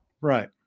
Right